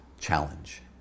challenge